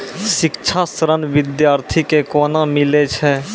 शिक्षा ऋण बिद्यार्थी के कोना मिलै छै?